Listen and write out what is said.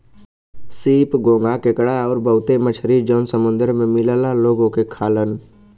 सीप, घोंघा केकड़ा आउर बहुते मछरी जौन समुंदर में मिलला लोग ओके खालन